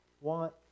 want